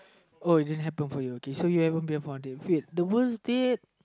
uh it didn't happen for you okay so you haven't been on a date wait the worst date